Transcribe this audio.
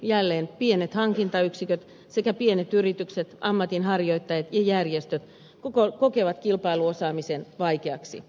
jälleen erityisesti pienet hankintayksiköt sekä pienet yritykset ammatinharjoittajat ja järjestöt kokevat kilpailuosaamisen vaikeaksi